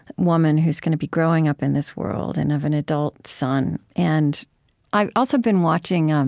woman who's going to be growing up in this world and of an adult son and i've also been watching, um